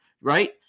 Right